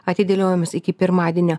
atidėliojimas iki pirmadienio